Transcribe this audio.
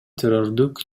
террордук